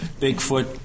Bigfoot